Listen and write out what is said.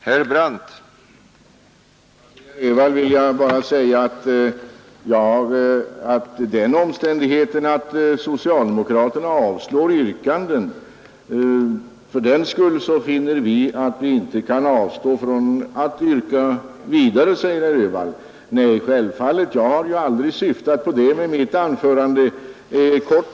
Herr talman! Att socialdemokraterna avslår ett yrkande kan inte bli anledning för andra att avstå från att yrka vidare, säger herr Öhvall. Nej, självfallet inte! Jag har aldrig syftat till det med mitt anförande.